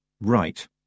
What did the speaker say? Right